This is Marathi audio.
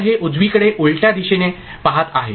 तर हे उजवीकडे उलट्या दिशेने पहात आहे